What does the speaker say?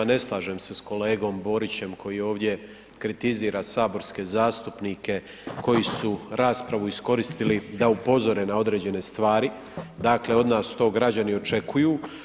Ne slažem se s kolegom Borićem koji ovdje kritizira saborske zastupnike koji su raspravu iskoristili da upozore na određene stvari, dakle to od nas građani očekuje.